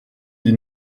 des